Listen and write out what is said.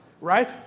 right